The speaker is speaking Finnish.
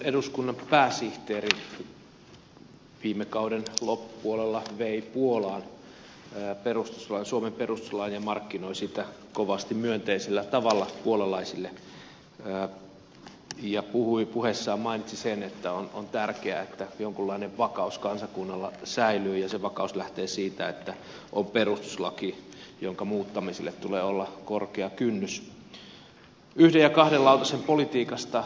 eduskunnan pääsihteeri viime kauden loppupuolella vei puolaan suomen perustuslain ja markkinoi sitä kovasti myönteisellä tavalla puolalaisille ja mainitsi puheessaan sen että on tärkeää että jonkunlainen vakaus kansakunnalla säilyy ja se vakaus lähtee siitä että on perustuslaki jonka muuttamiseen tulee olla korkea kynnys